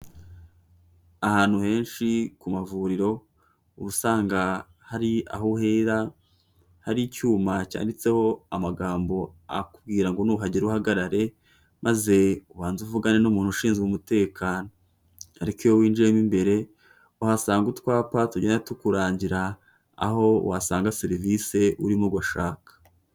Ahantu henshi ku mavuriro, ubu usanga hari aho uhera, hari icyuma cyanditseho amagambo akubwira ngo nuhagera uhagarare, maze ubanze uvugane n'umuntu ushinzwe umutekano. Ariko iyo winjiyemo imbere, uhasanga utwapa tugenda tukurangira, aho wasanga serivise urimo gushaka.